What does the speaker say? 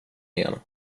igen